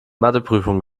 matheprüfung